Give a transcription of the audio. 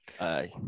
Aye